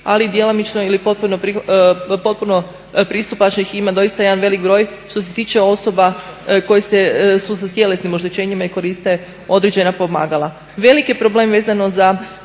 ali djelomično ili potpuno pristupačnih ima doista jedan velik broj što se tiče osoba koje su sa tjelesnim oštećenjima i koriste određena pomagala. Velik je problem vezano za